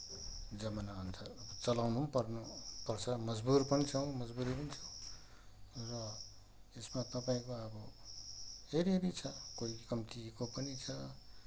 जमाना अनुसार चलाउनु पनि पर्नु पर्छ मजबुर पनि छौँ मजबुरी पनि छ र यसमा तपाईँको अब हेरि हेरि छ कोही कम्तीको पनि छ